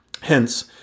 Hence